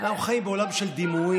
אנחנו חיים בעולם של דימויים,